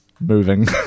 moving